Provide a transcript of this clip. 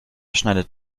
schneidet